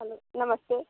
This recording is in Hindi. हलो नमस्ते